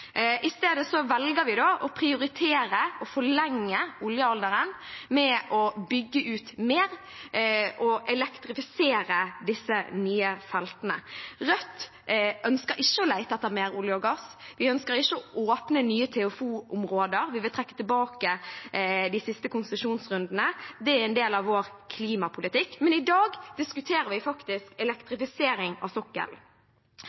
I stedet velger vi å prioritere å forlenge oljealderen ved å bygge ut mer og elektrifisere disse nye feltene. Rødt ønsker ikke å lete etter mer olje og gass, og vi ønsker ikke å åpne nye TFO-områder. Vi vil trekke tilbake de siste konsesjonsrundene. Det er en del av vår klimapolitikk. Men i dag diskuterer vi faktisk